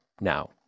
now